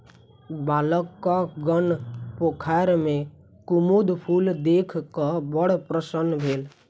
बालकगण पोखैर में कुमुद फूल देख क बड़ प्रसन्न भेल